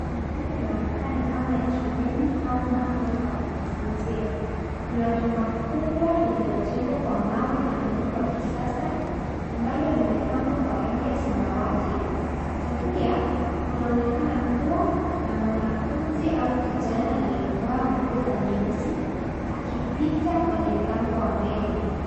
Mandhari yanaonekana kama ya shuleni au mahali pa kujifunzia. Kuna jumba kubwa lililojengwa kwa mawe na muundo wa kisasa, ambalo limepambwa kwa rangi ya samawati na pia kunaonekana kuwa na mwanafunzi au kijana aliyevaa nguo za nyeusi akipita kwenye mlango wa mbele.